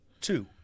Two